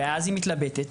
ואז היא מתלבטת,